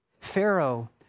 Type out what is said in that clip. Pharaoh